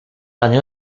año